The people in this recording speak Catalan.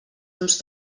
uns